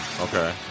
Okay